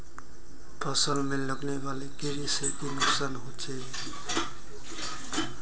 फसल में लगने वाले कीड़े से की नुकसान होचे?